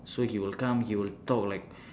so he will come he will talk like